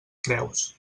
creus